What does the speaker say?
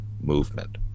movement